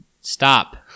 Stop